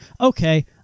Okay